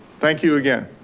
thank you again.